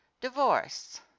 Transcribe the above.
Divorce